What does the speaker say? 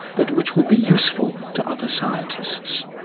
but which will be useful to other scientists.